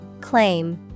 Claim